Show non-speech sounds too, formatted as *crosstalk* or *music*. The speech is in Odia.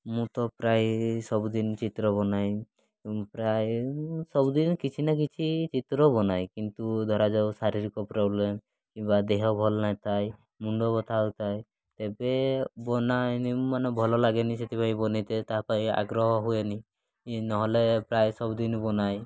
ମୁଁ ତ ପ୍ରାୟେ ଏଇ ସବୁ *unintelligible* ଚିତ୍ର ବନାଏ ପ୍ରାୟେ ସବୁଦିନ କିଛି ନା କିଛି ଚିତ୍ର ବନାଏ କିନ୍ତୁ ଧରା ଯାଉ ଶାରୀରିକ ପ୍ରୋବ୍ଲେମ୍ କିମ୍ବା ଦେହ ଭଲ ନଥାଏ ମୁଣ୍ଡ ବଥା ହଉଥାଏ ତେବେ ବନାଇନି ମାନେ ଭଲ ଲାଗେନି ସେଥିପାଇଁ ବନେଇଥାଏ ତା ପାଇଁ ଆଗ୍ରହ ହୁଏନି ନହେଲେ ପ୍ରାୟ ସବୁଦିନ ବନାଏ